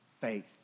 faith